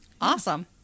Awesome